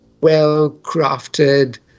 well-crafted